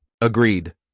Agreed